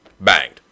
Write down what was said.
banged